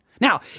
Now